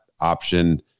option